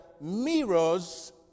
mirrors